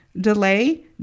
delay